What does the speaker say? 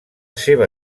seva